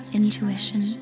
intuition